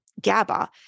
GABA